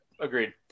Agreed